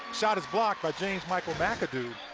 shot is blocked by james michael mcadoo.